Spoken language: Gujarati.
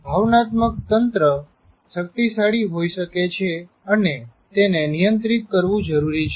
ભાવનાત્મક તંત્ર શક્તિશાળી હોઈ શકે છે અને તેને નિયંત્રીત કરવું જરૂરી છે